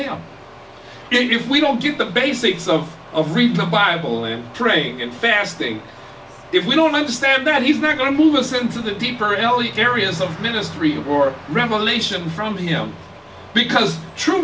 him if we don't get the basics of of read the bible and praying and fasting if we don't understand that he's not going to move us into the deeper l u areas of ministry or revelation from him because true